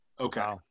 okay